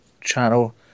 channel